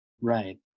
Right